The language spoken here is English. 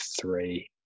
three